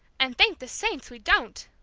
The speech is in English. and thank the saints we don't!